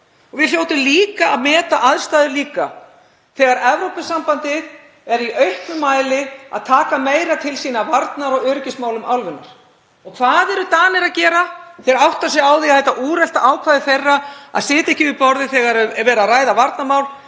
Við hljótum líka að meta aðstæður þegar Evrópusambandið er í auknum mæli að taka meira til sín af varnar- og öryggismálum álfunnar. Hvað eru Danir að gera? Þeir hafa áttað sig á því að þetta úrelta ákvæði þeirra um að sitja ekki við borðið þegar verið er að ræða varnarmál